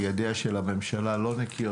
ידי הממשלה לא נקיות.